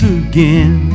again